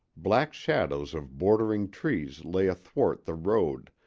black shadows of bordering trees lay athwart the road,